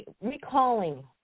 recalling